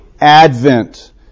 advent